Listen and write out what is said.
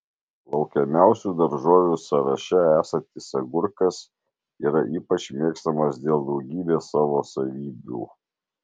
laukiamiausių daržovių sąraše esantis agurkas yra ypač mėgstamas dėl daugybės savo savybių